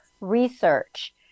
research